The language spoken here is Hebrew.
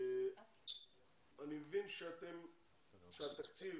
אני מבין שהתקציב